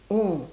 mm